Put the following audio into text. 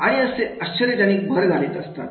आणि असे आश्चर्यजनक भर घालत असतात